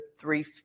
three